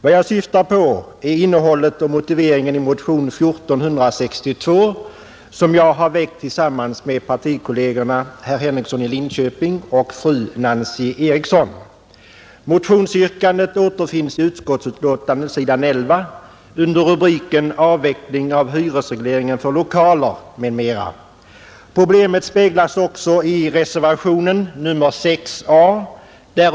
Vad jag syftar på är innehållet och motiveringen i motionen 1462 som jag har väckt tillsammans med partikollegerna herr Henrikson i Linköping och fru Nancy Eriksson. Motionsyrkandet återfinnes i utskottsbetänkandet s. 11 under rubriken ”Avveckling av hyresregleringen för lokaler, m.m.”. Problemet speglas också i reservationen 6 a.